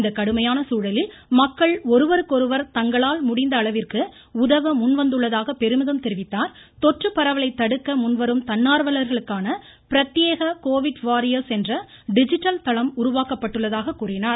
இந்த கடுமையான சூழலில் மக்கள் ஒருவருக்கொருவர் தங்களால் முடிந்த அளவிற்கு உதவ முன்வந்துள்ளதாக பெருமிதம் தெரிவித்த அவர் தொற்று பரவலை தடுக்க முன்வரும் தன்னா்வல்களுக்கான பிரத்யேக கோவிட் வாரியர்ஸ் என்ற டிஜிட்டல் தளம் உருவாக்கப்பட்டுள்ளதாக கூறினார்